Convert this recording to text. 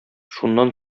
шуннан